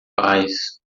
paz